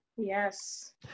yes